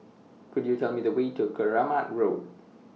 Could YOU Tell Me The Way to Keramat Road